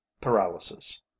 paralysis